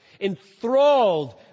enthralled